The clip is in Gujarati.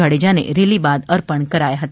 જાડેજાને રેલી બાદ અર્પણ કરાયા હતા